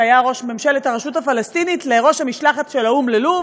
שהיה ראש ממשלת הרשות הפלסטינית לראש המשלחת של האו"ם ללוב,